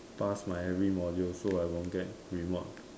pass my every module so I don't get remode